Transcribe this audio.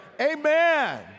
amen